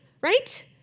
right